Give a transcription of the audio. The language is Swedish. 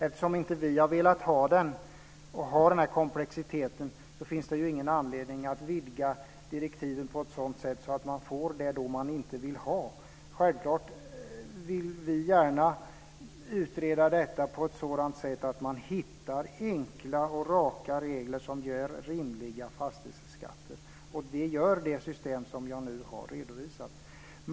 Vi har inte velat ha begränsningsregeln eller den komplexitet som följer. Det finns ingen anledning att vidga direktiven på ett sådant sätt att vi får det vi inte vill ha. Självklart vill vi utreda detta, så att vi hittar enkla och raka regler som ger rimliga fastighetsskatter. Det gör det system som jag nu har redovisat.